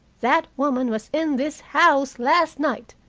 that woman was in this house last night.